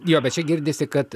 jo bet čia girdisi kad